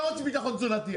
לא רוצה ביטחון תזונתי,